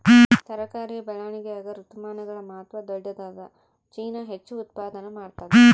ತರಕಾರಿಯ ಬೆಳವಣಿಗಾಗ ಋತುಮಾನಗಳ ಮಹತ್ವ ದೊಡ್ಡದಾದ ಚೀನಾ ಹೆಚ್ಚು ಉತ್ಪಾದನಾ ಮಾಡ್ತದ